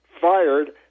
fired